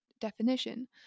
definition